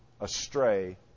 astray